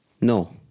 No